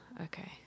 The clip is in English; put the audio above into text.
Okay